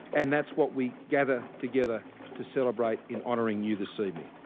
and that's what we gather together to celebrate in honouring you this evening.